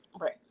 right